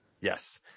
Yes